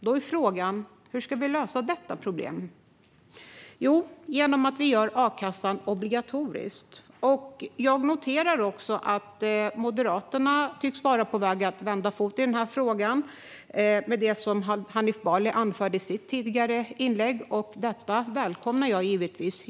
Då är frågan: Hur ska vi lösa detta problem? Jo, genom att göra a-kassan obligatorisk. Jag noterar att Moderaterna tycks vara på väg att byta fot i denna fråga, med det som Hanif Bali anförde i sitt tidigare inlägg, och detta välkomnar jag givetvis.